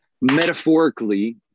metaphorically